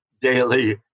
daily